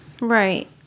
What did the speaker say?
Right